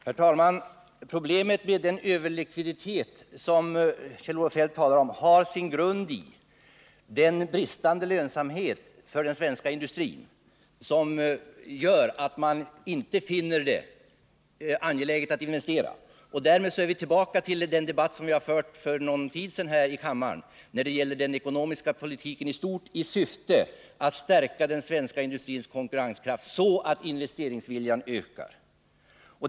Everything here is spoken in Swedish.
Herr talman! Problemet med den överlikviditet som Kjell-Olof Feldt talar om har sin grund i den bristande lönsamheten för den svenska industrin, som gör att man inte finner det angeläget att investera. Därmed är vi tillbaka till den debatt vi fört för någon tid sedan här i kammaren när det gäller den ekonomiska politiken i stort i syfte att stärka den svenska industrins konkurrenskraft så att investeringsviljan ökar.